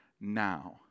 now